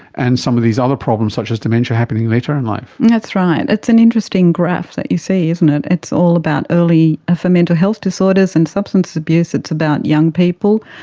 and some of these other problems such as dementia happening later in life. that's right. it's an interesting graph that you see, isn't it, it's all about early, for mental health disorders and substance abuse it's about young people,